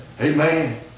Amen